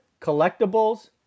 collectibles